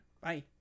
Bye